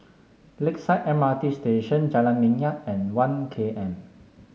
Lakeside M R T Station Jalan Minyak and One K M